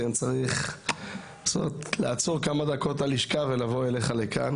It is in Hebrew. אני צריך לעצור כמה דקות בלשכה ולבוא אליך לכאן.